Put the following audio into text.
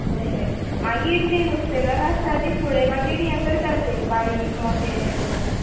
तशें मागीर तीं नुस्तेकारां आसता तीं फुडें मागीर हें करता तें बारीक मोटें हें करता